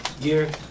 Gear